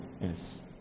Yes